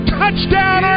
touchdown